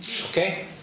Okay